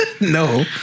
No